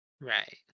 Right